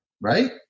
Right